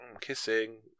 Kissing